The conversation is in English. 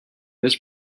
this